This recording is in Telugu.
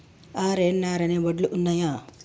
ఆర్.ఎన్.ఆర్ అనే వడ్లు ఉన్నయా?